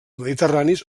mediterranis